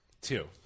Two